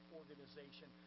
organization